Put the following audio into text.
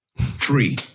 Three